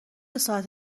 ساعت